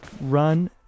run